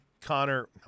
Connor